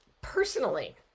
personally